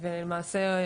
למעשה,